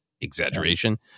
exaggeration